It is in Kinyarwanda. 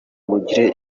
mugire